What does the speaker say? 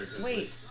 Wait